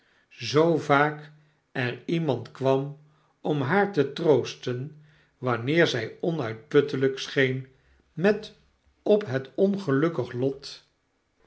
zoo vaak er iemand kwam om haar te troosten wanneer zg onuitputtelijk scheen met op het ongelukkig lot